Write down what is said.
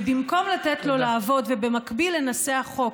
ובמקום לתת לו לעבוד ובמקביל לנסח חוק,